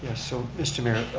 so, mr. mayor,